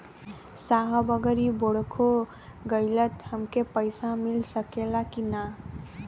साहब अगर इ बोडखो गईलतऽ हमके पैसा मिल सकेला की ना?